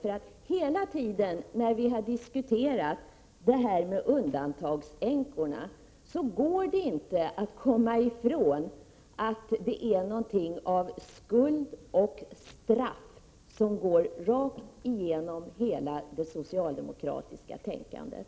Det går inte att komma ifrån att hela tiden som vi har diskuterat undantagandeänkorna har det varit något av skuld och straff som gått rakt igenom det socialdemokratiska tänkandet.